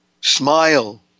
smile